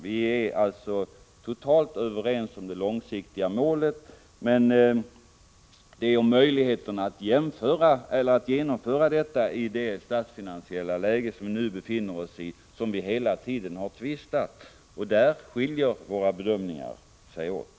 Vi är alltså totalt överens om det långsiktiga målet, men det är om möjligheterna att genomföra detta i det statsfinansiella läge som vi nu befinner oss i som vi hela tiden har tvistat. Där skiljer sig våra bedömningar åt.